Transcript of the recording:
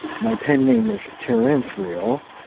my pen name is terrence real,